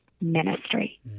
ministry